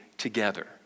together